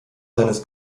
seines